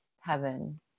heaven